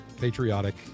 patriotic